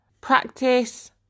Practice